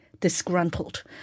Disgruntled